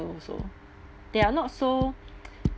also they are not so